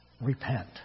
Repent